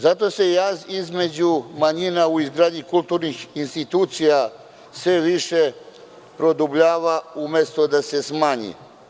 Zato se jaz između manjina u izgradnji kulturnih institucija sve više produbljava, umesto da se smanji.